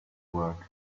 work